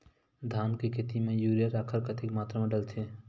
धान के खेती म यूरिया राखर कतेक मात्रा म डलथे?